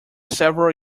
several